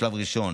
בשלב ראשון